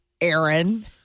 Aaron